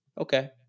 Okay